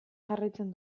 jarraitzen